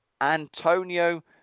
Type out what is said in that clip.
Antonio